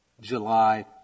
July